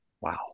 Wow